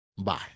bye